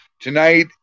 Tonight